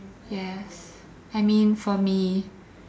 yes I mean for me